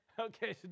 okay